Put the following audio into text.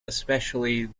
especially